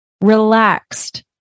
relaxed